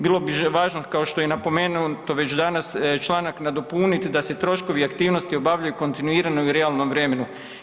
Bilo bi važno kao što je napomenuo i to već danas, članak nadopunit da se troškovi i aktivnosti obavljaju kontinuirano i u realnom vremenu.